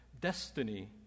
destiny